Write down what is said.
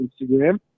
Instagram